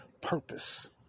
Purpose